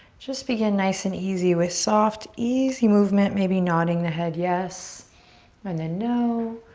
just begin nice and easy with soft, easy movement, maybe nodding the head yes and then no.